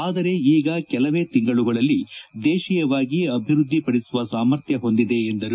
ಆದರೆ ಈಗ ಕೆಲವೇ ತಿಂಗಳುಗಳಲ್ಲಿ ದೇಶೀಯವಾಗಿ ಅಭಿವೃದ್ದಿ ಪಡಿಸುವ ಸಾಮರ್ಥ್ಯ ಹೊಂದಿದೆ ಎಂದರು